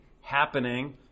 happening